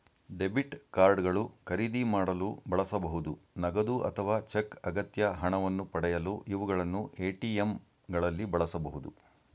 debit card ಗಳು ಖರೀದಿ ಮಾಡಲು ಬಳಸಬಹುದು ನಗದು ಅಥವಾ ಚೆಕ್ ಅಗತ್ಯ ಹಣವನ್ನು ಪಡೆಯಲು ಇವುಗಳನ್ನು ಎ.ಟಿ.ಎಂ ಗಳಲ್ಲಿ ಬಳಸಬಹುದು